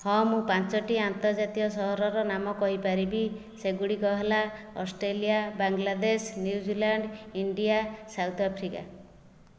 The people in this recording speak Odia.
ହଁ ମୁଁ ପାଞ୍ଚୋଟି ଆର୍ନ୍ତଜାତୀୟ ସହରର ନାମ କହିପାରିବି ସେଗୁଡ଼ିକ ହେଲା Australia Bangladesh New Zealand India South Africa